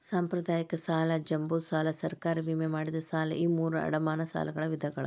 ಸಾಂಪ್ರದಾಯಿಕ ಸಾಲ ಜಂಬೋ ಸಾಲ ಸರ್ಕಾರಿ ವಿಮೆ ಮಾಡಿದ ಸಾಲ ಈ ಮೂರೂ ಅಡಮಾನ ಸಾಲಗಳ ವಿಧಗಳ